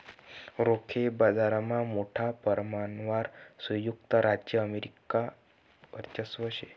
रोखे बाजारमा मोठा परमाणवर संयुक्त राज्य अमेरिकानं वर्चस्व शे